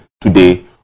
today